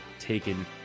taken